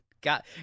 Got